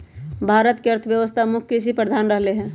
भारत के अर्थव्यवस्था मुख्य कृषि प्रधान रहलै ह